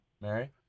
Mary